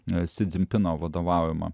si dzin pino vadovaujama